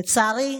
לצערי,